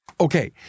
Okay